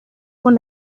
con